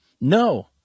No